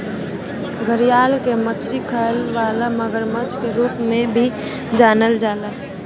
घड़ियाल के मछरी खाए वाला मगरमच्छ के रूप में भी जानल जाला